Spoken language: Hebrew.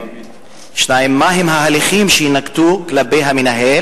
מה הם ההליכים שיינקטו כלפי המנהל,